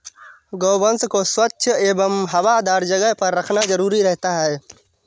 गोवंश को स्वच्छ एवं हवादार जगह पर रखना जरूरी रहता है